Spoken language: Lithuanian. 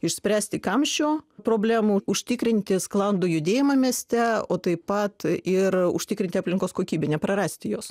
išspręsti kamščio problemų užtikrinti sklandų judėjimą mieste o taip pat ir užtikrinti aplinkos kokybę neprarasti jos